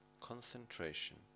concentration